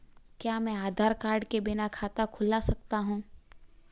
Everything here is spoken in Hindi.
क्या मैं आधार कार्ड के बिना खाता खुला सकता हूं?